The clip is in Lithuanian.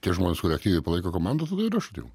tie žmonės kurie aktyviai palaiko komandas aš atėjau